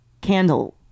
candle